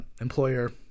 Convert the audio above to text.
employer